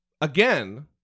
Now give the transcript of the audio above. again